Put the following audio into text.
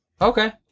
Okay